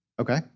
Okay